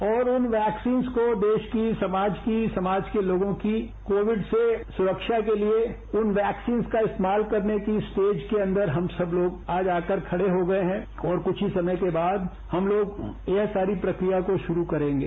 और उन वैक्सीन्च्स को देश की समाज की समाज के लोगों की कोविड से सुरक्षा के लिए इन वैक्सीन्स का इस्तेमाल करने की स्टेज के अंदर हम सब लोग आज आकर खड़े हो गए हैं और कुछ ही समय बाद हम लोग यह सारी प्रक्रिया को शुरू करेंगे